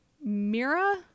Mira